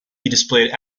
displayed